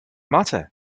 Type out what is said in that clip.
matter